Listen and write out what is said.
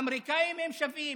האמריקאים הם שווים,